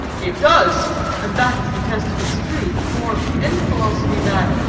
it does and that is the test of its truth for any philosophy that,